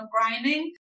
grinding